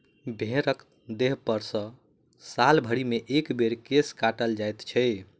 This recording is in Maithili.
भेंड़क देहपर सॅ साल भरिमे एक बेर केश के काटल जाइत छै